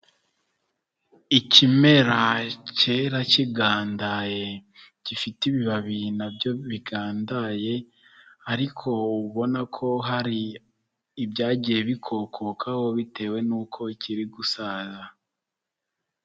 Ikimera cyera kigandaye, gifite ibibabi na byo bigandaye, ariko ubona ko hari ibyagiye bikokokaho bitewe n'uko kiri gusaza.